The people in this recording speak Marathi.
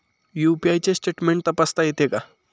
यु.पी.आय चे स्टेटमेंट तपासता येते का?